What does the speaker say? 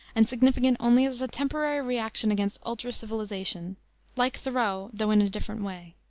and significant only as a temporary reaction against ultra civilization like thoreau, though in a different way.